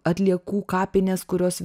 atliekų kapinės kurios